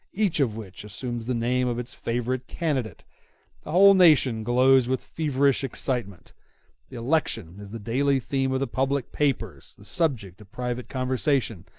each of which assumes the name of its favorite candidate the whole nation glows with feverish excitement the election is the daily theme of the public papers, the subject of private conversation,